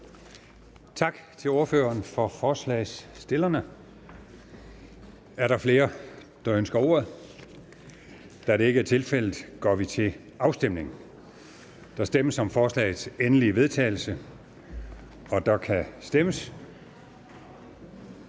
Tak til ordføreren for forslagsstillerne. Er der flere, der ønsker ordet? Da det ikke er tilfældet, går vi til afstemning. Kl. 09:05 Afstemning Første næstformand (Bertel Haarder): Der stemmes